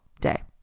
day